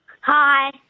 hi